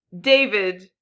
David